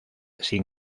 sin